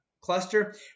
cluster